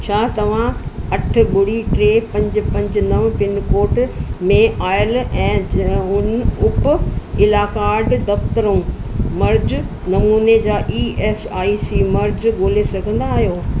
छा तव्हां अठु ॿुड़ी टे पंज पंज नवं पिनकोड में आयल ऐं ज उन उप इलाक़ाई दफ़्तरों मर्कज़ु नमूने जा ई एस आई सी मर्कज़ु ॻोल्हे सघंदा आहियो